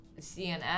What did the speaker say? CNN